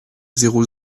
zéro